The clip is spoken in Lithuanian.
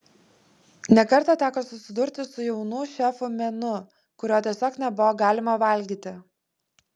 ne kartą teko susidurti su jaunų šefų menu kurio tiesiog nebuvo galima valgyti